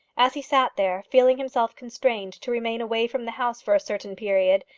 as he sat there, feeling himself constrained to remain away from the house for a certain period,